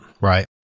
Right